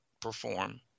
perform